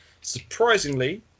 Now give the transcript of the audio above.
Surprisingly